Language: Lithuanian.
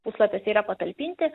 puslapiuose yra patalpinti